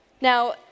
Now